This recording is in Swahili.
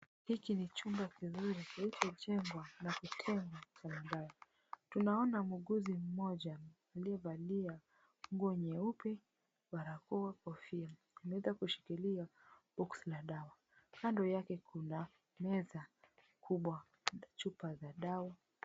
Hiki ni chumba kizuri kilichojengwa na kutengwa cha madawa. Tunaona muuguzi mmoja aliyevaa nguo nyeupe, barakoa na kofia. Anashikilia box la dawa. Kando yake kuna meza kubwa na chupa za dawa.